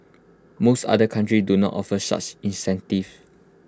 most other countries do not offer such incentives